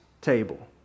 table